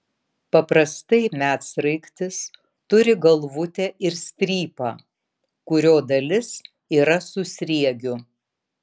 paprastai medsraigtis turi galvutę ir strypą kurio dalis yra su sriegiu